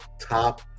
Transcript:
top